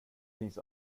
finns